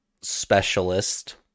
specialist